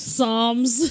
Psalms